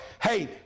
hey